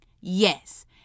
Yes